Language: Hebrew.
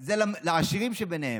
זה לעשירים שביניהם.